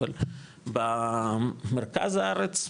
אבל במרכז הארץ,